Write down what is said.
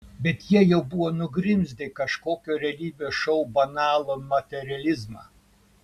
bet jie jau buvo nugrimzdę į kažkokio realybės šou banalų materializmą